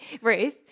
Ruth